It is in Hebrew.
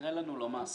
זה נראה לנו לא מעשי.